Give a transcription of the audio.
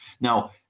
Now